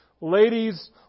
Ladies